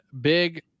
big